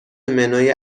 منوی